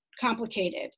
complicated